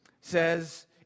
says